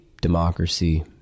democracy